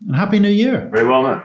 happy new year. very well, matt.